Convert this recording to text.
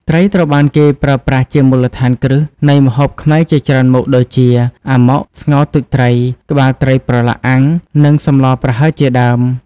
ត្រីត្រូវបានគេប្រើប្រាស់ជាមូលដ្ឋានគ្រឹះនៃម្ហូបខ្មែរជាច្រើនមុខដូចជា អាម៉ុក ស្ងោរទឹកត្រី ក្បាលត្រីប្រឡាក់អាំង និងសម្លប្រហើរជាដើម។